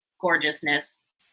gorgeousness